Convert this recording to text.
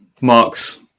Mark's